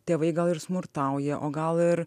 tėvai gal ir smurtauja o gal ir